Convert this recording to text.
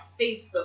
Facebook